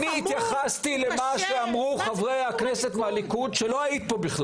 אני התייחסתי למה שאמרו חברי הכנסת מהליכוד כשלא היית פה.